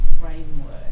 framework